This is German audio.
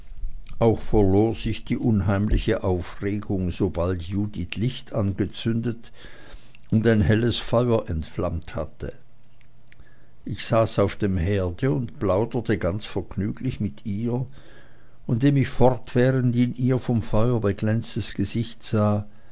auch verlor sich die unheimliche aufregung sobald judith licht angezündet und ein helles feuer entflammt hatte ich saß auf dem herde und plauderte ganz vergnüglich mit ihr und indem ich fortwährend in ihr vom feuer beglänztes gesicht sah